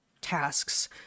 tasks